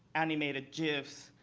animated gifs.